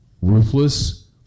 ruthless